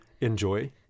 enjoy